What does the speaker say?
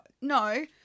no